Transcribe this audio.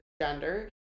gender